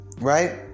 right